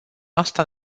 asta